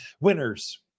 winners